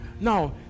Now